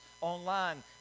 online